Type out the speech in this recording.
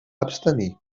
abstenir